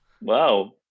wow